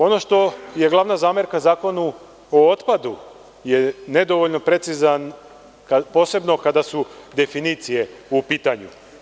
Ono što je glavna zamerka Zakonu o otpadu je što je nedovoljno precizan, posebno kada su definicije u pitanju.